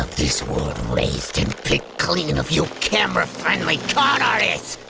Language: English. this world razed and picked clean of you camera-friendly con artists!